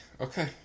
okay